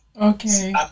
Okay